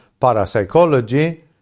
parapsychology